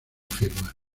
firmas